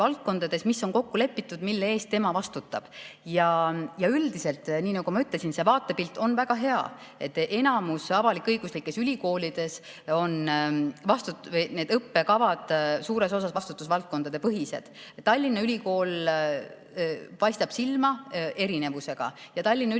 mis on kokku lepitud ja mille eest tema vastutab. Üldiselt, nii nagu ma ütlesin, see pilt on väga hea. Enamikus avalik-õiguslikes ülikoolides on õppekavad suures osas vastutusvaldkonnapõhised. Tallinna Ülikool paistab silma erinevusega. Tallinna Ülikool